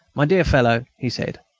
my dear fellow, he said,